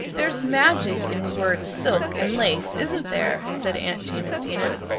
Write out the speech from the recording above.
there's magic in the words silk and lace, isn't there? said aunt jamesina.